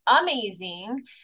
amazing